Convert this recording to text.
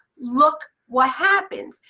look what happens.